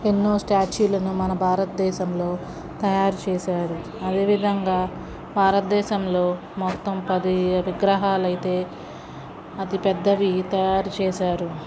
ఎన్నో స్టాట్యూలను మన భారతదేశంలో తయారు చేశారు అదేవిధంగా భారతదేశంలో మొత్తం పది విగ్రహాలు అయితే అతిపెద్దవి తయారు చేశారు